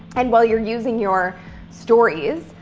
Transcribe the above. and while you're using your stories,